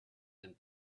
and